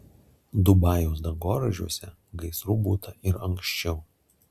dubajaus dangoraižiuose gaisrų būta ir anksčiau